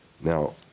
Now